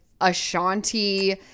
Ashanti